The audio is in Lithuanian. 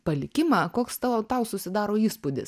palikimą koks ta tau susidaro įspūdis